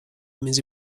mesi